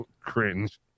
Cringe